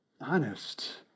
honest